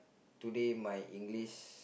today my English